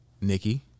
Nikki